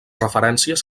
referències